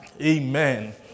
Amen